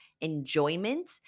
enjoyment